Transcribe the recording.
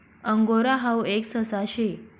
angora हाऊ एक ससा शे